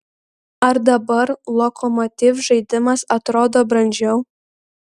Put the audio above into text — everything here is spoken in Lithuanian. ar dabar lokomotiv žaidimas atrodo brandžiau